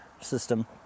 system